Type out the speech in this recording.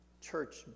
church